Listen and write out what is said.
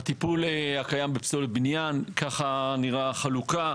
הטיפול הקיים בפסולת בניין, ככה נראית החלוקה.